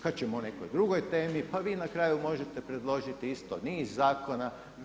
Kad ćemo o nekoj drugoj temi, pa vi na kraju možete predložiti isto niz zakona.